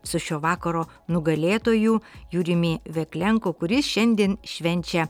su šio vakaro nugalėtoju jurjiumi veklenko kuris šiandien švenčia